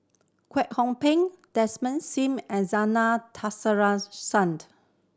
Kwek Hong Png Desmond Sim and Zena Tessensohn